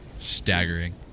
Staggering